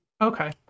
Okay